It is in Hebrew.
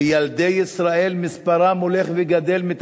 וילדי ישראל מתחת לקו העוני, מספרם הולך וגדל.